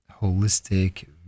Holistic